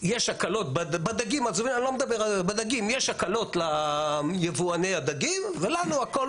בדגים יש הקלות ליבואני הדגים ולנו הכול